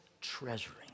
treasuring